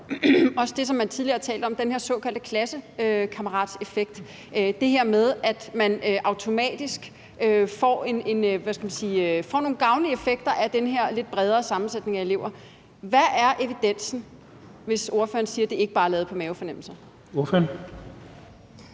altså, som man også tidligere har talt om, det her med den såkaldte klassekammerateffekt, hvor man automatisk får nogle gavnlige effekter af den her lidt bredere sammensætning af elever. Hvad er evidensen for det, hvis ordføreren siger, at det ikke bare er lavet på mavefornemmelser? Kl.